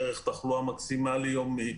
ערך תחלואה מקסימלי יומי,